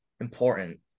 important